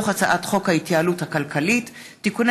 הצעת חוק תקופת צינון לבכירים בשירות הציבורי (תיקוני